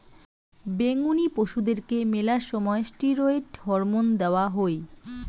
বেঙনি পশুদেরকে মেলা সময় ষ্টিরৈড হরমোন দেওয়া হই